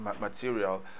material